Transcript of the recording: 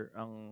ang